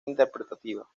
interpretativa